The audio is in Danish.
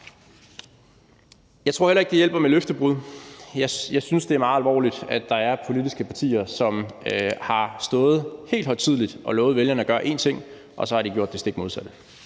Jeg tror heller ikke, at det hjælper med løftebrud. Jeg synes, at det er meget alvorligt, at der er politiske partier, som har stået helt højtideligt og lovet vælgerne at gøre én ting, og så har de gjort det stik modsatte.